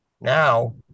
Now